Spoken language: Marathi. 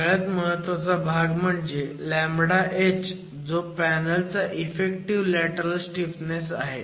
सगळ्यात महत्वाचा भाग म्हणजे λh जो पॅनल चा इफेक्टिव्ह लॅटरल स्टीफनेस आहे